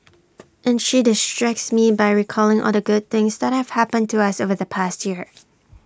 and she distracts me by recalling all the good things that have happened to us over the past year